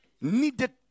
Needed